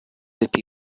with